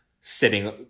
sitting –